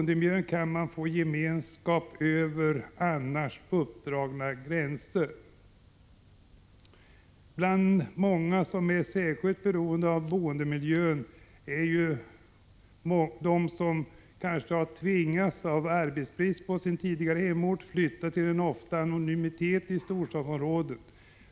Där kan man få gemenskap över annars uppdragna gränser. Bland dem som är särskilt beroende av boendemiljön finns många som på grund av arbetslöshet tvingats flytta till en anonymitet i storstadsområden.